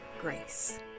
grace